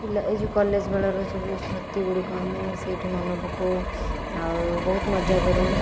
ପିଲା ଏଯେଉଁ କଲେଜ ବେଳର ସବୁ ସ୍ମୃତି ଗୁଡ଼ିକ ଆମେ ସେହିଠି ମନେ ପକାଉ ଆଉ ବହୁତ ମଜା କରୁ